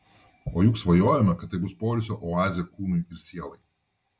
o juk svajojome kad tai bus poilsio oazė kūnui ir sielai